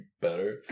better